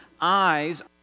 eyes